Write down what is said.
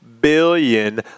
billion